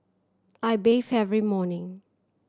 I bathe every morning